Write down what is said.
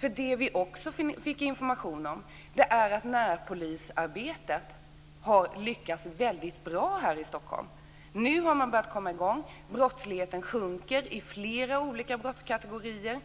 Vi fick också information om att närpolisarbetet har lyckats bra i Stockholm. Nu har man börjat komma i gång. Brottsligheten sjunker i flera olika brottskategorier.